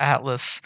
Atlas